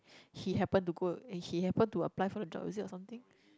he happened to go eh he happened to apply for the job is it or something